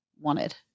wanted